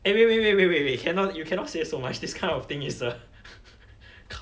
eh wait wait wait wait wait wait wait cannot you cannot say so much this kind of thing is uh